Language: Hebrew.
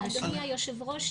אדוני היושב ראש,